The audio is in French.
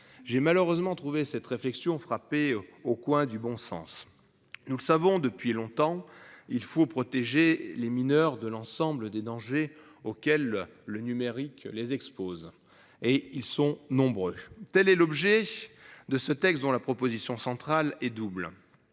j'ai malheureusement trouvé cette réflexion frappée au coin du bon sens. Nous le savons depuis longtemps. Il faut protéger les mineurs de l'ensemble des dangers auxquels le numérique les exposent et ils sont nombreux, telle est l'objet de ce texte, dont la proposition centrale est double,